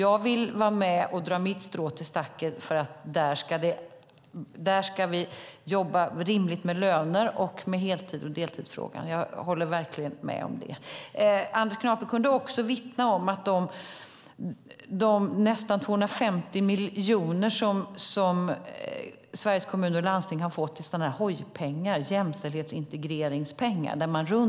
Jag vill vara med och dra mitt strå till stacken för att vi där ska jobba med rimliga löner och heltids och deltidsfrågan. Jag håller verkligen med om det. Anders Knape kunde också vittna om att de nästan 250 miljoner som Sveriges kommuner och landsting har fått i HÅJ-pengar, jämställdhetsintegreringspengar, håller på att ge resultat.